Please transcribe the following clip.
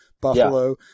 Buffalo